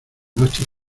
noche